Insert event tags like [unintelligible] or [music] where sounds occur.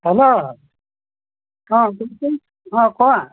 hello অঁ [unintelligible] চোন অঁ কোৱা